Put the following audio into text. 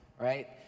right